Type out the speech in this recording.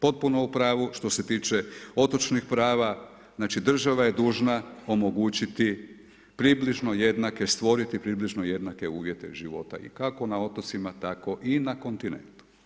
Potpuno u pravu što se tiče otočnih prava, znači država je dužna omogućiti približno jednake, stvoriti približno jednake uvjete života i kako na otocima, tako i na kontinentu.